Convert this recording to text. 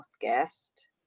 guest